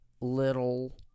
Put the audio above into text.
little